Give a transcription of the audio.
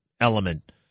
element